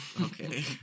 okay